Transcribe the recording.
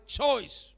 choice